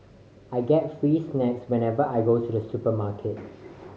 I get free snacks whenever I go to the supermarket